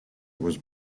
was